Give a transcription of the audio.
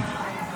ואמרתי להם שיש